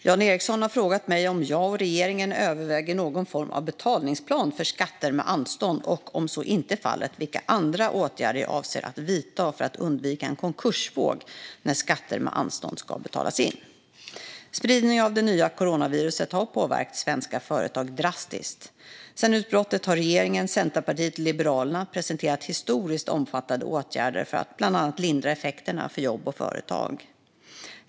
Fru talman! har frågat mig om jag och regeringen överväger någon form av betalningsplan för skatter med anstånd och, om så inte är fallet, vilka andra åtgärder som jag avser att vidta för att undvika en konkursvåg när skatter med anstånd ska betalas in. Spridningen av det nya coronaviruset har påverkat svenska företag drastiskt. Sedan utbrottet har regeringen, Centerpartiet och Liberalerna presenterat historiskt omfattande åtgärder för att bland annat lindra effekterna för jobb och företag.